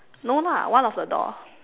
no lah one of the door